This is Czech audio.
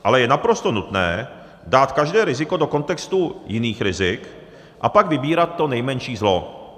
Je ale naprosto nutné dát každé riziko do kontextu jiných rizik a pak vybírat to nejmenší zlo.